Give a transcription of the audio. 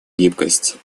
гибкость